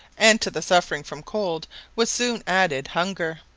and to the suffering from cold was soon added hunger.